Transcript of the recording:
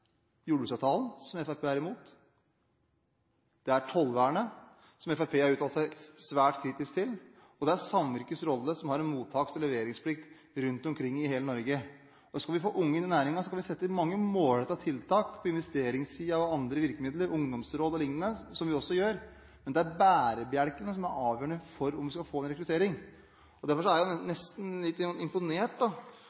jordbruksavtalen, som Fremskrittspartiet er imot. Det er tollvernet, som Fremskrittspartiet har uttalt seg svært kritisk til, og det er samvirkets rolle, som har en mottaks- og leveringsplikt rundt omkring i hele Norge. Skal vi få unge inn i næringen, kan vi sette inn mange målrettede tiltak på investeringssiden, sette inn andre virkemidler, ungdomsråd o.l., som vi også gjør. Men det er bærebjelkene som er avgjørende for om vi får rekruttering. Derfor er jeg nesten litt imponert over representanten Bredvold, som er